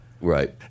Right